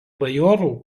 bajorų